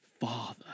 Father